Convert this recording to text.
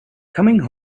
coming